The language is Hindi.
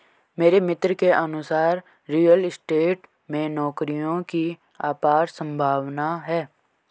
मेरे मित्र के अनुसार रियल स्टेट में नौकरियों की अपार संभावना है